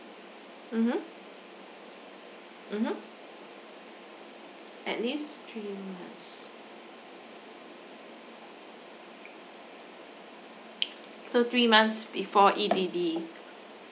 mmhmm mmhmm at least three months so three months before E_D_D